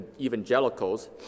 evangelicals